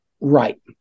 Right